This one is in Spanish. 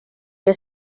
que